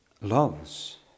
loves